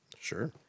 Sure